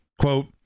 Quote